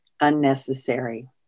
unnecessary